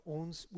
ons